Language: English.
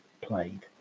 played